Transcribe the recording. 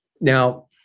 Now